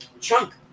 Chunk